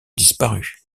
disparu